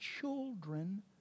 children